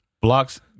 blocks